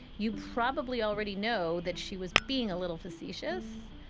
you probably already know that she was being a little facetious.